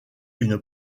une